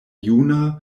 juna